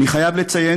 אני חייב לציין,